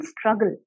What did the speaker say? struggle